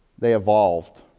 they evolved.